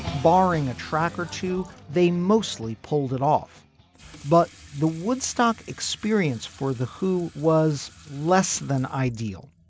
barring a track or two they mostly pulled it off but the woodstock experience for the who was less than ideal.